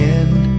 end